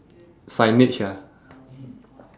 signage ah